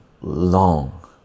long